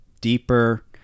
deeper